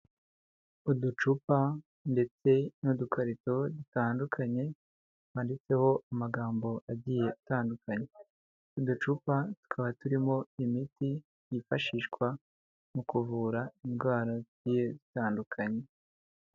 Uducupa ndetse n'udukarito dutandukanye, twanditseho amagambo agiye atandukanye, uducupa tukaba turimo imiti yifashishwa mu kuvura indwara zigiye zitandukanye.